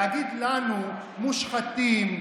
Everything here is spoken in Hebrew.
להגיד לנו: מושחתים,